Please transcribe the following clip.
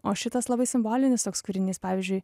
o šitas labai simbolinis toks kūrinys pavyzdžiui